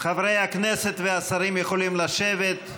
חברי הכנסת והשרים יכולים לשבת,